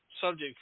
subject